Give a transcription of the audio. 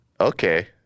Okay